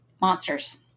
monsters